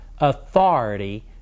authority